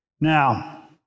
Now